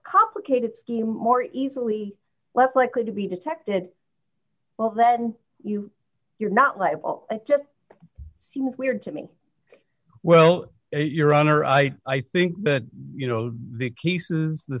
complicated scheme more easily less likely to be detected well then you're not liable it just seems weird to me well your honor i i think but you know the cases the